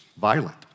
violent